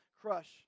crush